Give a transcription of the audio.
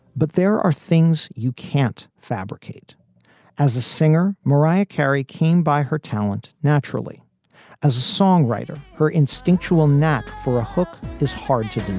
but there are things you can't fabricate as a singer. mariah carey came by her talent naturally as a songwriter her instinctual knack for a hook is hard to